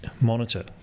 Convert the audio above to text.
monitor